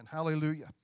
Hallelujah